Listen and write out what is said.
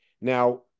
Now